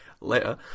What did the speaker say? later